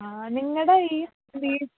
ആ നിങ്ങളുടെ ഈ